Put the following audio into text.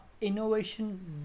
innovation